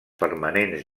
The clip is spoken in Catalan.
permanents